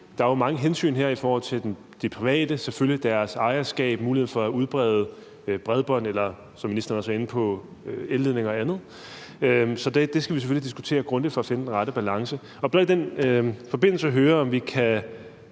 her mange hensyn i forhold til de private, deres ejerskab og muligheden for at udbrede bredbånd eller, som ministeren også var inde på, elledninger og andet. Så det skal vi selvfølgelig diskutere grundigt for at finde den rette balance, og jeg vil i den forbindelse blot høre, om vi kan